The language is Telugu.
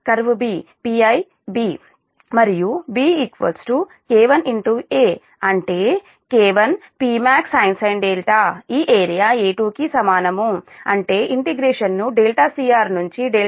కర్వ్ B Pi - B మరియు B K1 A అంటే K1 Pmaxsin ఈ ఏరియా A2 కి సమానం అంటే ఇంటిగ్రేషన్ ను cr నుండి max